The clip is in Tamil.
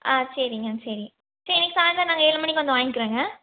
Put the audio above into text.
ஆ சரிங்க சரிங்க சரி இன்னக்கு சாய்ந்தரம் நாங்கள் ஏழு மணிக்கு வந்து வாய்ங்கிறோங்க